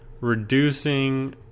reducing